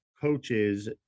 coaches